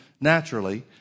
naturally